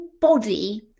body